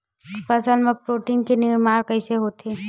फसल मा प्रोटीन के निर्माण कइसे होथे?